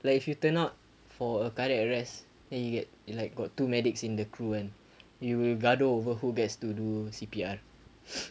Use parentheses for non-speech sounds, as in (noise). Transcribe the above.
like if you turn out for a cardiac arrest then you get like got two medics in the crew kan you will gaduh over who gets to do C_P_R (noise)